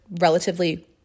relatively